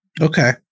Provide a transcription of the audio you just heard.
Okay